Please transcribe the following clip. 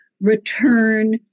return